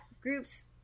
groups